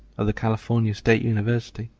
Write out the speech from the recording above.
of the california state university,